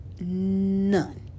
None